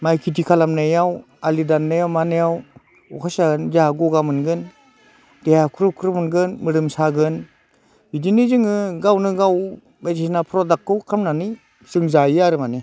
माइ खेति खालामनायाव आलि दाननायाव मानायाव अखा सिजानानै जोंहा गगा मोनगोन देहा ख्रु ख्रु मोनगोन मोदोम सागोन बिदिनो जोङो गावनो गाव बायदिसिना प्रडाक्टखौ खालामनानै जों जायो आरो माने